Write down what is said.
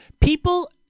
People